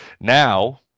now